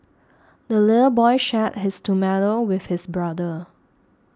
the little boy shared his tomato with his brother